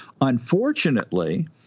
Unfortunately